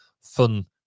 fun